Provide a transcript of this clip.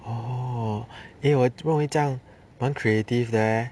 oh eh 我认为这样蛮 creative leh